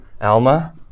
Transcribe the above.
Alma